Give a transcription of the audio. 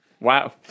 Wow